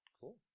Cool